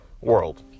world